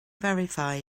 verify